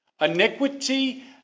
Iniquity